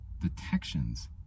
detections